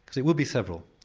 there will be several.